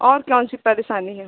और कौन सी परेशानी है